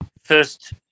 first